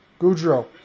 Goudreau